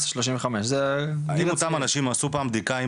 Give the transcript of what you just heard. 18 35. האם אותם אנשים עשו פעם בדיקה אם